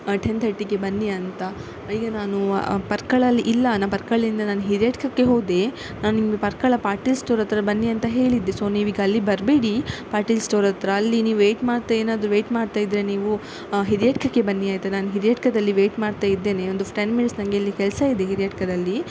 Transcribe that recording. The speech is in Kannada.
ಟೆನ್ ತರ್ಟಿಗೆ ಬನ್ನಿ ಅಂತ ಈಗ ನಾನು ಪರ್ಕಳದಲ್ಲಿ ಇಲ್ಲ ನಾನು ಪರ್ಕಳಿಂದ ನಾನು ಹಿರಿಯಡ್ಕಕ್ಕೆ ಹೋದೆ ನಾನು ನಿಮಗೆ ಪರ್ಕಳ ಪಾಟೀಲ್ ಸ್ಟೋರ್ ಹತ್ರ ಬನ್ನಿ ಅಂತ ಹೇಳಿದ್ದೆ ಸೊ ನೀವೀಗ ಅಲ್ಲಿ ಬರಬೇಡಿ ಪಾಟೀಲ್ ಸ್ಟೋರ್ ಹತ್ರ ಅಲ್ಲಿ ನೀವು ವೇಯ್ಟ್ ಮಾಡ್ತಾ ಏನಾದರೂ ವೇಯ್ಟ್ ಮಾಡ್ತಾಯಿದ್ದರೆ ನೀವು ಹಿರಿಯಡ್ಕಕ್ಕೆ ಬನ್ನಿ ಆಯಿತಾ ನಾನು ಹಿರಿಯಡ್ಕದಲ್ಲಿ ವೇಯ್ಟ್ ಮಾಡ್ತಾಯಿದ್ದೇನೆ ಒಂದು ಟೆನ್ ಮಿನಿಟ್ಸ್ ನನಗೆ ಇಲ್ಲಿ ಕೆಲಸ ಇದೆ ಹಿರಿಯಡ್ಕದಲ್ಲಿ